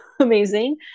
amazing